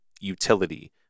utility